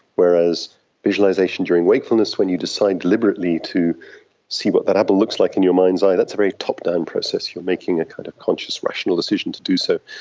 whereas visualisation during wakefulness when you decide deliberately to see what that apple looks like in your mind's eye, that's a very top-down process, you're making a kind of conscious rational decision to do so.